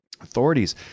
authorities